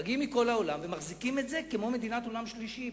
מגיעים לשם מכל העולם ומחזיקים את המקום כמו במדינת עולם שלישי.